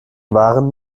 waren